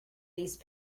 these